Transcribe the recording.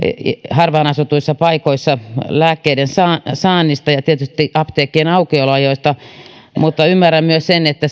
harvaan asutuissa paikoissa lääkkeiden saannista ja tietysti apteekkien aukioloajoista mutta ymmärrän myös sen että